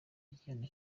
igihano